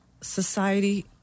society